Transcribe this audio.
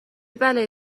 بلایی